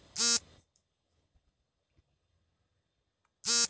ನನ್ನ ವಿಮಾ ಪಾಲಿಸಿಯನ್ನು ಅಧಿಕೃತ ವಿಮಾ ಕಂಪನಿಯ ಮುಖಾಂತರ ಖರೀದಿಸುವುದು ಹೇಗೆ?